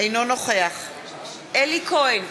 אינו נוכח אלי כהן,